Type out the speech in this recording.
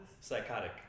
Psychotic